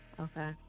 Okay